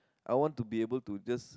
I want to be able to just